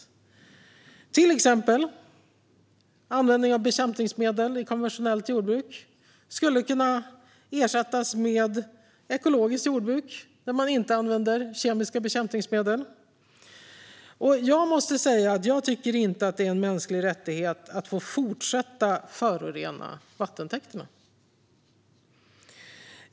Det gäller till exempel användning av bekämpningsmedel i konventionellt jordbruk. Det skulle kunna ersättas med ekologiskt jordbruk där man inte använder kemiska bekämpningsmedel. Jag tycker inte att det är en mänsklig rättighet att få fortsätta att förorena vattentäkterna.